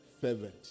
Fervent